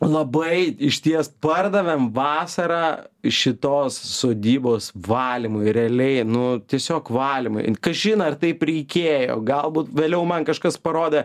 labai išties pardavėm vasarą šitos sodybos valymui realiai nu tiesiog valymui kažin ar taip reikėjo galbūt vėliau man kažkas parodė